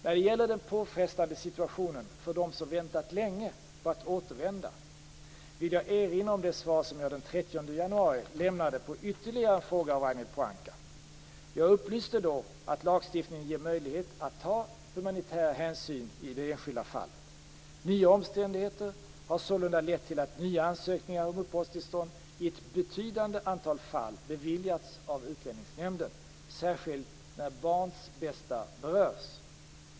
När det gäller den påfrestande situationen för dem som väntat länge på att återvända, vill jag erinra om det svar som jag den 30 januari lämnade på ytterligare en fråga av Ragnhild Pohanka . Jag upplyste då om att lagstiftningen ger möjlighet att ta humanitära hänsyn i det enskilda fallet. Nya omständigheter har sålunda lett till att nya ansökningar om uppehållstillstånd i ett betydande antal fall beviljats av Utlänningsnämnden, särskilt när barns bästa berörs.